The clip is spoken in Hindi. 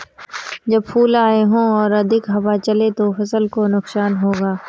जब फूल आए हों और अधिक हवा चले तो फसल को नुकसान होगा?